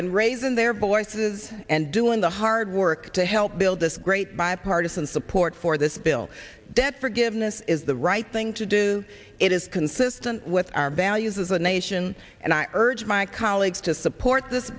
and raising their voices and doing the hard work to help build this great bipartisan support for this bill that forgiveness is the right thing to do it is consistent with our ballot use as a nation and i urge my colleagues to support this